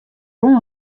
wol